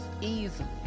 easily